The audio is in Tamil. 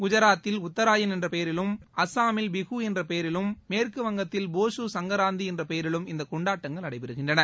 குஜராத்தில் உத்தராயன் என்ற பெயரிலும் அசாமில் பிகு என்ற பெயரிலும் மேற்கு வங்கத்தில் போஷூ சங்கராந்தி என்ற பெயரிலும் இன்று கொண்டாட்டங்கள் நடைபெறுகின்றன